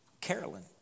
Carolyn